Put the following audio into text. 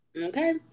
Okay